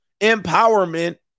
empowerment